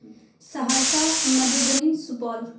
Saharsa Madhubani Supaul